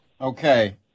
Okay